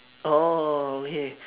orh orh okay